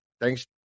thanks